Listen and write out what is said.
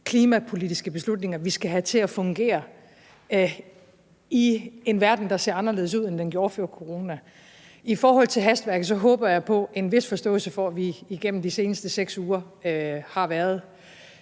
klimapolitiske beslutninger, vi skal have til at fungere i en verden, der ser anderledes ud, end den gjorde før coronaen. I forhold til hastværket håber jeg på en vis forståelse for, at vi igennem de seneste 6 uger nærmest